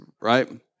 right